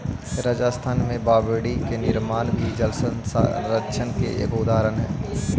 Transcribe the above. राजस्थान में बावडि के निर्माण भी जलसंरक्षण के एगो उदाहरण हई